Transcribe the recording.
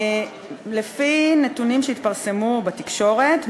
לפי נתונים שהתפרסמו בתקשורת,